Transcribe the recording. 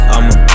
I'ma